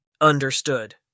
Understood